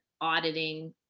auditing